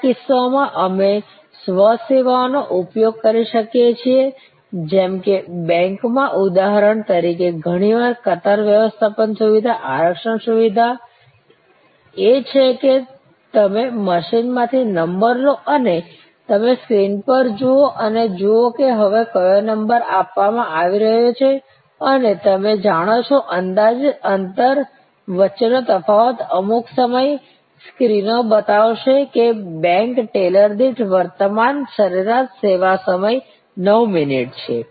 કેટલાક કિસ્સાઓમાં અમે સ્વ સેવાઓનો ઉપયોગ કરી શકીએ છીએ જેમ કે બેંકોમાં ઉદાહરણ તરીકે ઘણીવાર કતાર વ્યવસ્થાપન સુવિધા આરક્ષણ સુવિધા એ છે કે તમે મશીનમાંથી નંબર લો અને તમે સ્ક્રીન પર જુઓ અને જુઓ કે હવે કયો નંબર આપવામાં આવી રહ્યો છે અને તમે જાણો છો અંદાજિત અંતર વચ્ચેનો તફાવત અમુક સમય સ્ક્રીનો બતાવશે કે બેંક ટેલર દીઠ વર્તમાન સરેરાશ સેવા સમય 9 મિનિટ છે